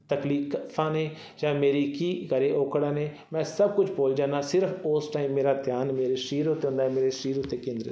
ਤਕਲੀਫਾਂ ਨੇ ਜਾਂ ਮੇਰੀ ਕੀ ਘਰ ਔਕੜਾਂ ਨੇ ਮੈਂ ਸਭ ਕੁਛ ਭੁੱਲ ਜਾਂਦਾ ਸਿਰਫ਼ ਉਸ ਟਾਈਮ ਮੇਰਾ ਧਿਆਨ ਮੇਰੇ ਸਰੀਰ ਉੱਤੇ ਹੁੰਦਾ ਮੇਰੇ ਸਰੀਰ ਉੱਤੇ ਕੇਂਦਰਿਤ